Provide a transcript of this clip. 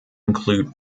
include